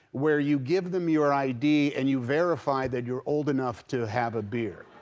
where you give them your id and you verify that you're old enough to have a beer.